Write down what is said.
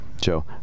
Joe